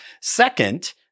Second